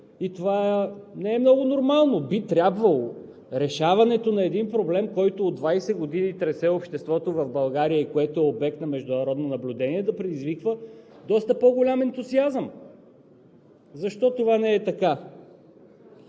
и това не е много нормално. Би трябвало решаването на един проблем, който от 20 години тресе обществото в България и което е обект на международно наблюдение, да предизвиква доста по-голям ентусиазъм. Защо това не е така?